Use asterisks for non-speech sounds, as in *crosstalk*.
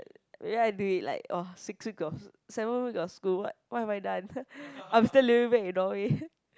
ya do it like oh six week of seven week of school what what have I done *laughs* I'm still living back in Norway